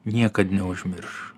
niekad neužmirš